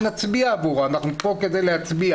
שנצביע עבורו אנחנו פה כדי להצביע